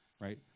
right